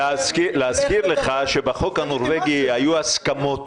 --- להזכיר לך שבחוק הנורבגי היו הסכמות